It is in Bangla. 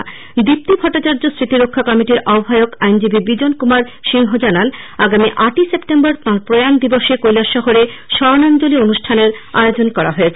দীশ্বি ভট্টাচার্য স্মতিরক্ষা কমিটির আহ্নায়ক আইনজীবী বিজন কুমার সিংহ জানান আগামী আটই সেপ্টেম্বর তাঁর প্রয়ান দিবসে কৈলাসহরে স্মরনাঞ্চলি অনুষ্ঠানের আয়োজন করা হয়েছে